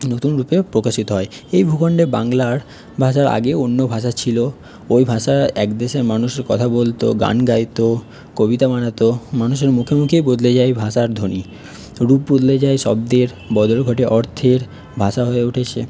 নতুন রূপে প্রকাশিত হয় এই ভূখণ্ডে বাংলার ভাষার আগে অন্য ভাষা ছিল ওই ভাষা এক দেশের মানুষই কথা বলতো গান গাইতো কবিতা বানাতো মানুষের মুখে মুখে বদলে যায় ভাষার ধ্বনি রূপ বদলে যায় শব্দের বদল ঘটে অর্থের ভাষা হয়ে উঠেছে